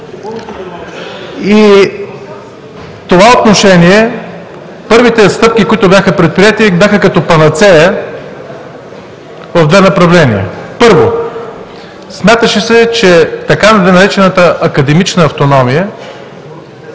в това отношение първите стъпки, които бяха предприети, бяха като панацея в две направления. Първо, смяташе се, че така наречената академична автономия